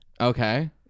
okay